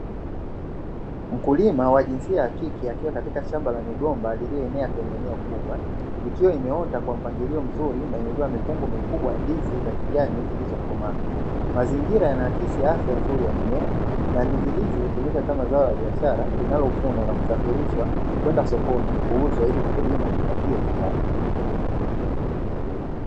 Mkulima wa jinsia ya kike akiwa katika shamba la migomba lililoenea kwenye eneo kubwa, ikiwa imeota kwa mpangilio mzuri wa mifungo mikubwa ya ndizi za kijani zilizokomaa. Mazingira yanaakisi afya nzuri ya mimea na ndizi hizi hutumika kama zao la biashara, linalovunwa na kusafirishwa kwenda sokoni kuuzwa ili mkulima ajipatie kipato.